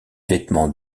vêtements